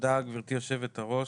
תודה גברתי יושבת הראש.